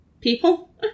People